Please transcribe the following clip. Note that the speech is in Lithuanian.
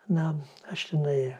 na aš tenai